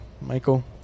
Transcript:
Michael